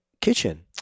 kitchen